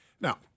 Now